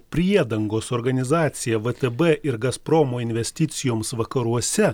priedangos organizacija vtb ir gazpromo investicijoms vakaruose